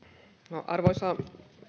arvoisa